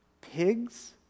Pigs